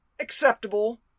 Acceptable